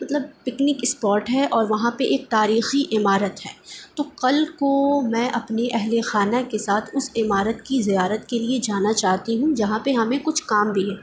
مطلب picnic spot ہے اور وہاں پہ ایک تاریخی عمارت ہے تو کل کو میں اپنے اہل خانہ کے ساتھ اس عمارت کی زیارت کے لیے جانا چاہتی ہوں جہاں پہ ہمیں کچھ کام بھی ہے